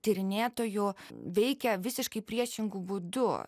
tyrinėtojų veikia visiškai priešingu būdu